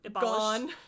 Gone